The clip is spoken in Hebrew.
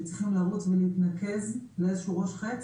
שצריכים לרוץ ולהתנקז לאיזה שהוא ראש חוץ,